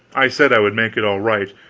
i said i would make it all right,